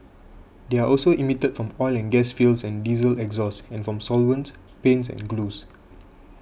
they are also emitted from oil and gas fields and diesel exhaust and from solvents paints and glues